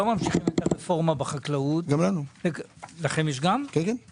אני מבקש לעצור את הדבר הזה, ואני מדבר גם בשם